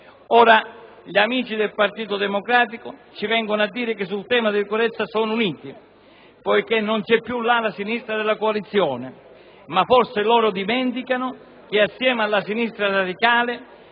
Gli amici del Partito Democratico ci vengono ora a dire che sul tema della sicurezza sono uniti, perché non c'è più l'ala sinistra della coalizione. Forse loro dimenticano che assieme alla sinistra radicale